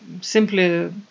simply